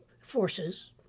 forces